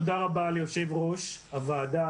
תודה רבה ליושב ראש הוועדה.